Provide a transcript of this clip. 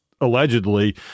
allegedly